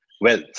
wealth